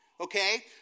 okay